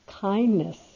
kindness